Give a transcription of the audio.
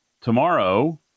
Tomorrow